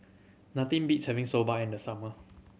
nothing beats having Soba in the summer